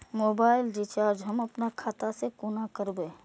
Mobile recharge हम आपन खाता से कोना करबै?